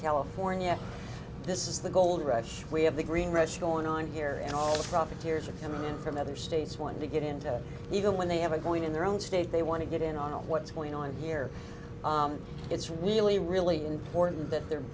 california this is the gold rush we have the green wrest going on here and all profiteers are coming in from other states want to get into even when they have a point in their own state they want to get in on what's going on here it's really really important that there